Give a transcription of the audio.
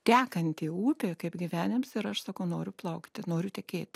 tekanti upė kaip gyvenims ir aš sakau noriu plaukti noriu tekėti